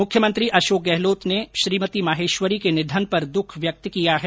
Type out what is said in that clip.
मुख्यमंत्री अशोक गहलोत ने श्रीमती माहेश्वरी के निधन पर दुख व्यक्त किया है